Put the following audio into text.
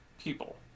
people